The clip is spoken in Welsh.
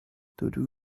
dydw